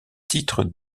titre